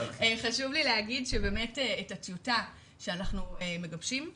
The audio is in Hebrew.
חשוב לי להגיד שבאמת את הטיוטה שאנחנו מגבשים,